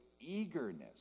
eagerness